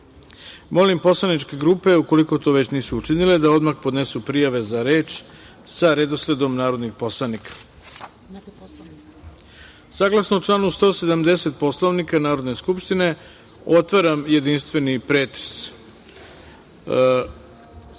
poslaničke grupe, ukoliko to već nisu učinile, da odmah podnesu prijave za reč, sa redosledom narodnih poslanika. Saglasno članu 170. Poslovnika Narodne skupštine, otvaram jedinstveni pretres.Za